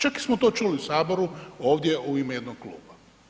Čak smo to čuli u saboru ovdje u ime jednog kluba.